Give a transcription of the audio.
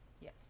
Yes